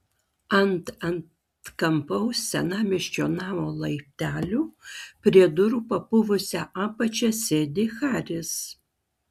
ant atkampaus senamiesčio namo laiptelių prie durų papuvusia apačia sėdi haris